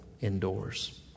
indoors